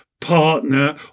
partner